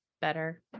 better